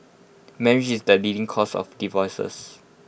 marriage is the leading cause of divorces